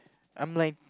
I'm like